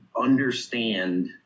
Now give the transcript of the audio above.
understand